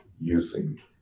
using